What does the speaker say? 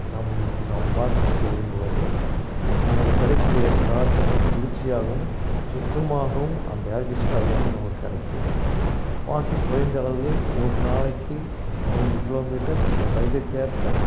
நம் நம் வாக்கிங் செய்யும்பொழுது நமக்கு கிடைக்கூடிய காற்றுக்கும் குளிர்ச்சியாகவும் சுத்தமாகவும் அந்த ஆக்ஸிஜன் அதுலேருந்து நமக்கு கிடைக்கும் வாக்கிங் குறைந்த அளவு ஒரு நாளைக்கு மூன்று கிலோமீட்டர் வயதுக்கேற்ப